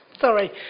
Sorry